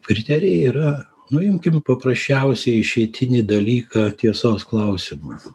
kriterijai yra nu imkim paprasčiausią išeitinį dalyką tiesos klausimas